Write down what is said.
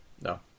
No